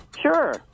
Sure